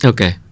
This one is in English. Okay